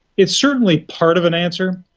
it's certainly part of an answer,